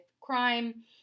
crime